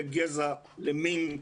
לגזע, למין,